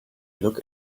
look